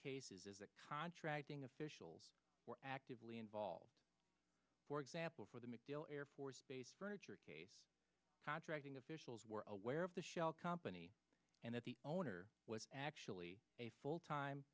cases as a contracting officials were actively involved for example for the macdill air force base contracting officials were aware of the shell company and that the owner was actually a full time